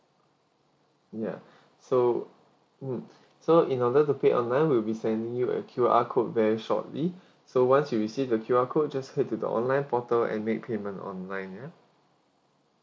ya so mm so in order to pay online we'll be sending you a Q_R code very shortly so once you receive the Q_R code just head to the online portal and make payment online ya